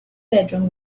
bedroom